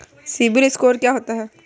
CIBIL score क्या होता है?